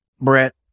Brett